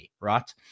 right